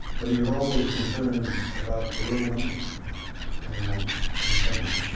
but he was always concerned about the little man and woman and family.